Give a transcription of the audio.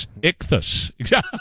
Ichthus